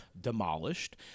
demolished